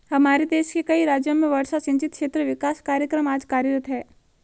हमारे देश के कई राज्यों में वर्षा सिंचित क्षेत्र विकास कार्यक्रम आज कार्यरत है